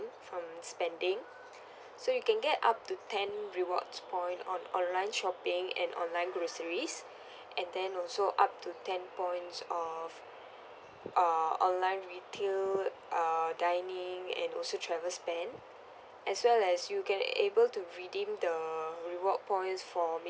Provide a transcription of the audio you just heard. from spending so you can get up to ten rewards point on online shopping and online groceries and then also up to ten points of uh online retail uh dining and also travel spend as well as you can able to redeem the reward points for ma~